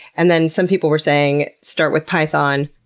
and then some people were saying start with python.